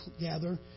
gather